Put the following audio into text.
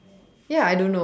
ya I don't know